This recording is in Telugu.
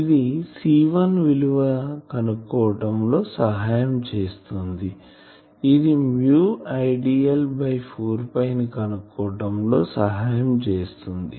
ఇది C1 విలువ కనుక్కోవటం లో సహాయం చేస్తుంది ఇది మ్యూ Idl బై 4 ని కనుక్కోవటం లో సహాయం చేస్తుంది